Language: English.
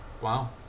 Wow